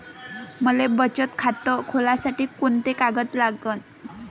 मले बचत खातं खोलासाठी कोंते कागद लागन?